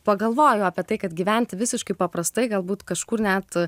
pagalvoju apie tai kad gyventi visiškai paprastai galbūt kažkur net